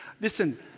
Listen